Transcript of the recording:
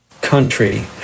country